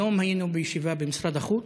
היום היינו בישיבה במשרד החוץ,